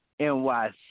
NYC